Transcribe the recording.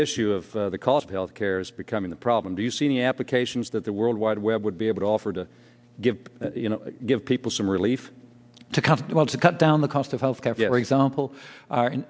issue of the cost of health care is becoming the problem do you see any applications that the world wide web would be able to offer to give give people some relief to cover well to cut down the cost of health care for example